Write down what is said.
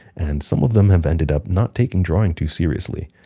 and some of them have ended up not taking drawing too seriously,